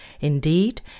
Indeed